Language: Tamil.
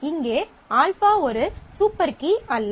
இங்கே α ஒரு சூப்பர் கீ அல்ல